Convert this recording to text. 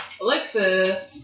Alexa